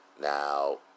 Now